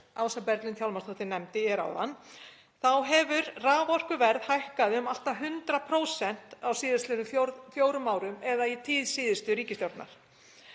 Ása Berglind Hjálmarsdóttir nefndi hér áðan, þá hefur raforkuverð hækkað um allt að 100% á síðastliðnum fjórum árum eða í tíð síðustu ríkisstjórnar.